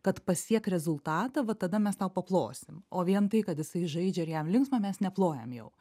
kad pasiek rezultatą va tada mes tau paplosim o vien tai kad jisai žaidžia ir jam linksma mes neplojam jau